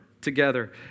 together